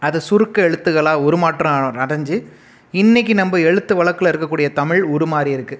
அது சுருக்கு எழுத்துக்களாக உருமாற்றம் அடைஞ்சி இன்னைக்கி நம்ம எழுத்து வழக்கில் இருக்க கூடிய தமிழ் உருமாறி இருக்கு